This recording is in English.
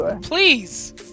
Please